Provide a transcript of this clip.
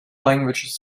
languages